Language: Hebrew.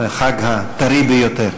חבר הכנסת הטרי ביותר.